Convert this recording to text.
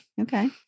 Okay